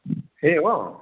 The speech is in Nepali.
ए हो